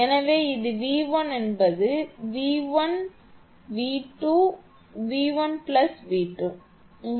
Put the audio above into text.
எனவே இது 𝑉1 என்பது 𝑣1 𝑉2 அதாவது 1 𝑣2